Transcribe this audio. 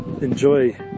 enjoy